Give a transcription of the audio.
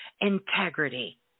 integrity